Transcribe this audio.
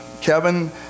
kevin